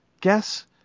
guess